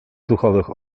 duchowych